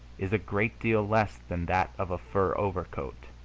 is a great deal less than that of a fur overcoat,